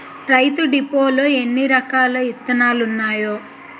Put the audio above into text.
రైతు డిపోలో ఎన్నిరకాల ఇత్తనాలున్నాయో